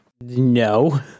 No